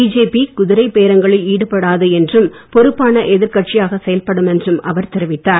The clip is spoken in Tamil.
பிஜேபி குதிரை பேரங்களில் ஈடுபடாது என்றும் பொறுப்பான எதிர் கட்சியாக செயல்படும் என்றும் அவர் தெரிவித்தார்